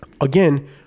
Again